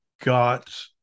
got